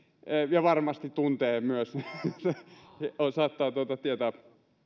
ja varmasti hän myös tuntee asian saattaa tietää